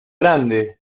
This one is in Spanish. grande